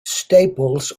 staples